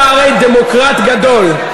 אתה הרי דמוקרט מאוד גדול.